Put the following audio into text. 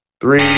Three